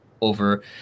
over